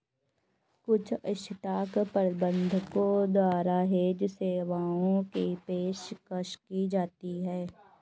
कुछ स्टॉक प्रबंधकों द्वारा हेज सेवाओं की पेशकश की जाती हैं